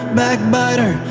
backbiter